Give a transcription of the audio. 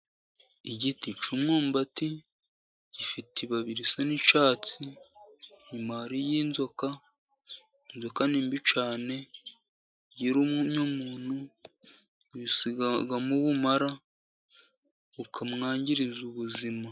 Igiti cy'umwumbati gifite ibabi bisa n'icyatsi, inyuma hariyo inzoka. Inzoka ni mbi cyane iyo irumye umuntu isigamo ubumara bukamwangiriza ubuzima.